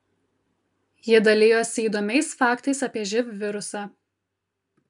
ji dalijosi įdomiais faktais apie živ virusą